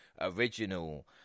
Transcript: original